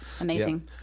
Amazing